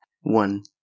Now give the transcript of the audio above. One